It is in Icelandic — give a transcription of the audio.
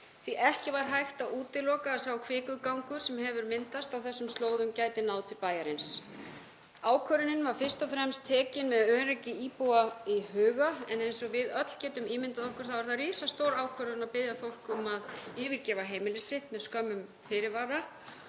að ekki var hægt að útiloka að sá kvikugangur sem hefur myndast á þessum slóðum gæti náð til bæjarins. Ákvörðunin var fyrst og fremst tekin með öryggi íbúa í huga en eins og við öll getum ímyndað okkur þá er það risastór ákvörðun að biðja fólk um að yfirgefa heimili sitt með skömmum fyrirvara.